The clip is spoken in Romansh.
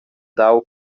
dau